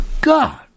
God